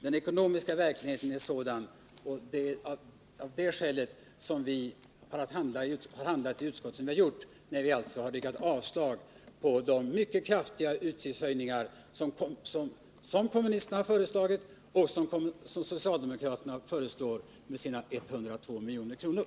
Den ekonomiska verkligheten är sådan, och det är av det skälet som vi har handlat som vi gjort i utskottet, när vi har yrkat avslag på de mycket kraftiga utgiftshöjningar som kommunisterna har föreslagit och som socialdemokraterna föreslår med sina 102 milj.kr.